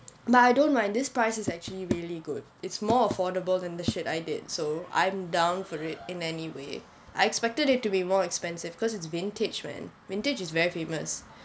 but I don't mind this price is actually really good it's more affordable than the shit I did so I'm down for it in anyway I expected it to be more expensive because it's vintage man vintage is very famous